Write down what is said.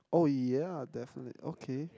oh yeah definite okay